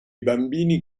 bambini